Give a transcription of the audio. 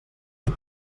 rei